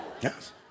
Yes